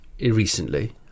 recently